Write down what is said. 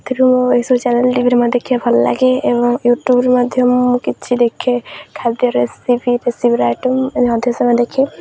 ସେଥିରୁ ମୁଁ ଏସବୁ ଚ୍ୟାନେଲ୍ ଟିଭିରେ ମତ ଦେଖିବା ଭଲ ଲାଗେ ଏବଂ ୟୁଟ୍ୟୁବ୍ରୁ ମଧ୍ୟ ମୁଁ କିଛି ଦେଖେ ଖାଦ୍ୟ ରେସିପି ରେସିପିର ଆଇଟମ୍ ମଧ୍ୟ ସେ ଦେଖେ